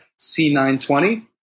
C920